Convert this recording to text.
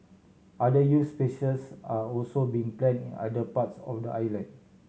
other youth spacious are also being planned in other parts of the island